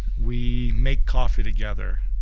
we make coffee together.